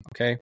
okay